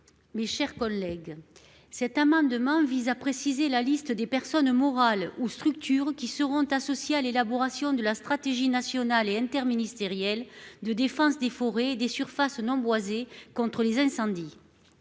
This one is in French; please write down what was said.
Gisèle Jourda. Cet amendement vise à préciser la liste des personnes morales ou structures qui seront associées à l'élaboration de la stratégie nationale et interministérielle de défense des forêts et des surfaces non boisées contre les incendies.